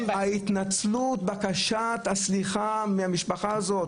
ההתנצלות, בקשת הסליחה מהמשפחה הזאת.